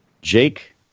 Jake